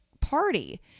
party